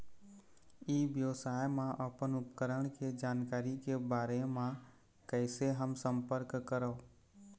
ई व्यवसाय मा अपन उपकरण के जानकारी के बारे मा कैसे हम संपर्क करवो?